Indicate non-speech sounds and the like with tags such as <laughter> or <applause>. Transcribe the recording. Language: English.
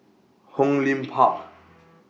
Hong Lim Park <noise>